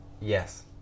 Yes